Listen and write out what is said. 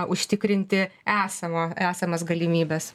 užtikrinti esamą esamas galimybes